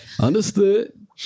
Understood